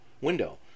window